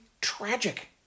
tragic